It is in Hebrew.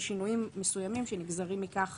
בשינויים מסוימים שנגזרים מכך